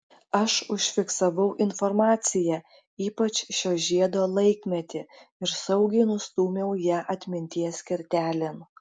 aš užfiksavau informaciją ypač šio žiedo laikmetį ir saugiai nustūmiau ją atminties kertelėn